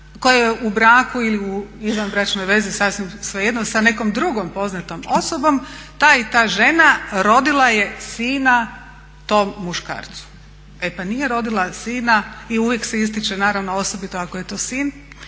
koja je u braku ili u izvanbračnoj vezi sasvim svejedno sa nekom drugom poznatom osobom ta i ta žena rodila je sina tom muškarcu. E pa nije rodila sina i uvijek se ističe naravno osobito ako je to sin,